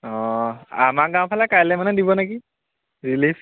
অঁ আমাৰ গাঁৱৰফালে কাইলৈ মানে দিব নেকি ৰিলিফ